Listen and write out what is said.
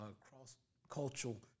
cross-cultural